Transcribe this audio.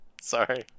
Sorry